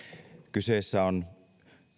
kyseessä on